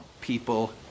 people